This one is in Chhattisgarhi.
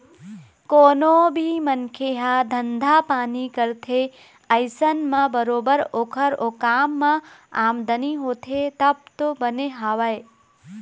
कोनो भी मनखे ह धंधा पानी करथे अइसन म बरोबर ओखर ओ काम म आमदनी होथे तब तो बने हवय